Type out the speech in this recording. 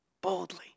Boldly